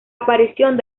aparición